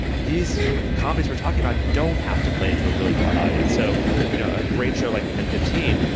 these comments we're talking about don't have to play into a really broad audience. so you know a great show like ten fifteen.